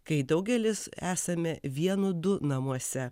kai daugelis esame vienu du namuose